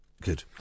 good